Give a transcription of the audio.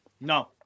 No